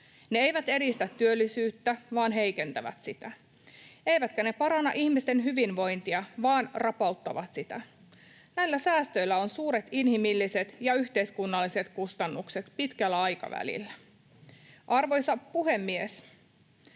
Ne eivät edistä työllisyyttä vaan heikentävät sitä. Eivätkä ne paranna ihmisten hyvinvointia vaan rapauttavat sitä. Näillä säästöillä on suuret inhimilliset ja yhteiskunnalliset kustannukset pitkällä aikavälillä. Arvoisa puhemies!